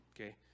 okay